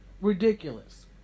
ridiculous